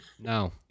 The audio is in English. No